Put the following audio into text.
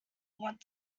what